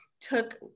took